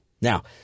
Now